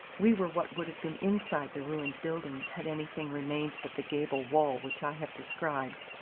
we were what would have been inside the ruined building had anything remained but the gable-wall which i have described.